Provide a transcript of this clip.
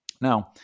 Now